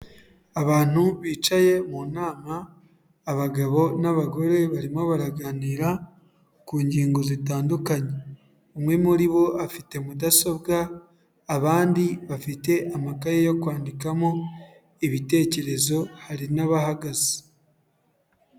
Abantu bicaye mu nama, abagabo n'abagore, barimo baraganira ku ngingo zitandukanye. Umwe muri bo afite mudasobwa, abandi bafite amakaye yo kwandikamo ibitekerezo, hari n'abahagaze.